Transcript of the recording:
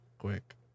quick